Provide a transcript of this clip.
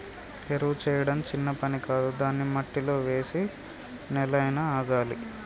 ఎరువు చేయడం చిన్న పని కాదు దాన్ని మట్టిలో వేసి నెల అయినా ఆగాలి